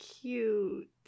cute